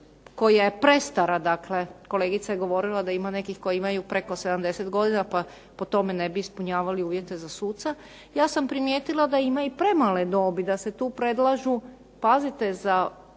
koja je prestara, dakle kolegica je govorila da ima nekih koji imaju preko 70 godina pa po tome ne bi ispunjavali uvjete za suca, ja sam primijetila da ima i premale dobi, da se tu predlažu pazite za